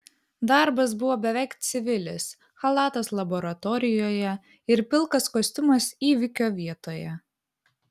darbas buvo beveik civilis chalatas laboratorijoje ir pilkas kostiumas įvykio vietoje